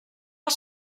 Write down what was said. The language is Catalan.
els